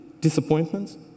Disappointments